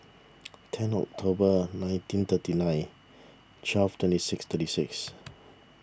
ten October nineteen thirty nine twelve twenty six thirty six